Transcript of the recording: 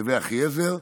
נווה אחיעזר,